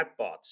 chatbots